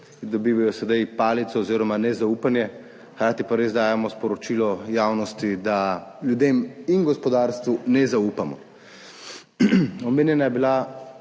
dobivajo sedaj palico oziroma nezaupanje, hkrati pa res dajemo sporočilo javnosti, da ljudem in gospodarstvu ne zaupamo. Omenjena je bila